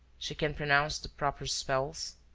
she can pronounce the proper spells?